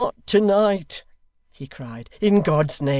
not to-night he cried. in god's name,